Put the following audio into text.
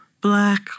black